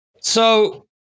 So-